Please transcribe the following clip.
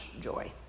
joy